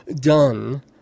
done